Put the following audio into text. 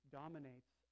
dominates